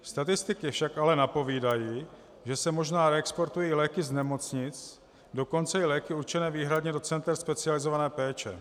Statistiky však napovídají, že se možná reexportují léky z nemocnic, dokonce i léky určené výhradně do center specializované péče.